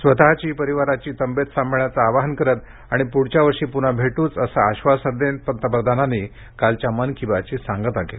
स्वतःची परिवाराची तब्येत सांभाळण्याचं आवाहन करत आणि पुढच्या वर्षी पुन्हा भेटूच असं आश्वासन देत पंतप्रधानांनी कालच्या मन की बात ची सांगता केली